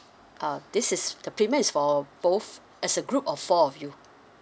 uh this is the premium is for both as a group of four of you